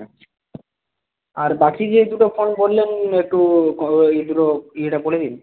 আচ্ছা আর বাকি যে দুটো ফোন বললেন একটু ওই দুটো ইয়েটা বলে দিন